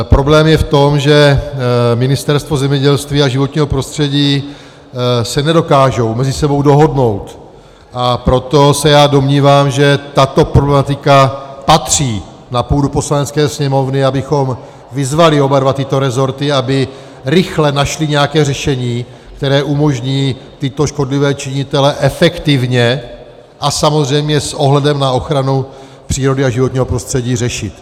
Problém je v tom, že ministerstva zemědělství a životního prostředí se nedokážou mezi sebou dohodnout, a proto se já domnívám, že tato problematika patří na půdu Poslanecké sněmovny, abychom vyzvali oba tyto rezorty, aby rychle našly nějaké řešení, které umožní tyto škodlivé činitele efektivně a samozřejmě s ohledem na ochranu přírody a životního prostředí řešit.